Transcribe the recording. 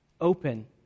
open